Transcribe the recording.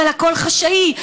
אבל הכול חשאי,